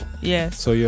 Yes